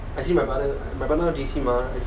actually my mother my mother J_C mah